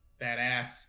Badass